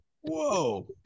Whoa